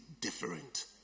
different